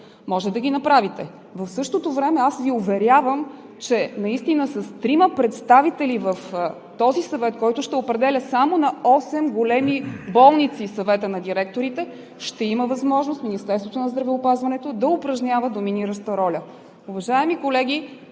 може да ги направите. В същото време аз Ви уверявам, че наистина с трима представители в този съвет, който ще определя само на осем големи болници, Съвета на директорите, Министерството на здравеопазването ще има възможност да упражнява доминираща роля. Уважаеми колеги,